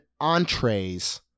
entrees